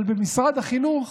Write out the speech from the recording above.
אבל במשרד החינוך,